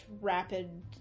rapid